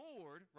Lord